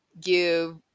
give